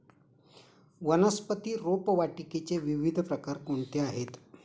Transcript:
वनस्पती रोपवाटिकेचे विविध प्रकार कोणते आहेत?